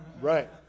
Right